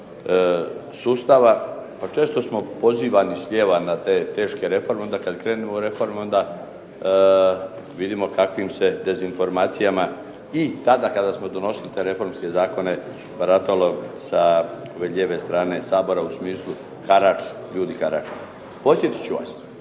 sustava. Pa često smo pozivani s lijeva na te teške reforme, onda kad krenemo u reforme onda vidimo kakvim se dezinformacijama i tada kada smo donosili te reformske zakone baratalo sa ove lijeve Sabora u smislu harač … /Govornik se